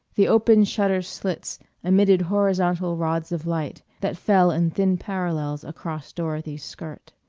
the open-shutter slits emitted horizontal rods of light that fell in thin parallels across dorothy's skirt.